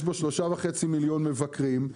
יש בו 3.5 מיליון מבקרים,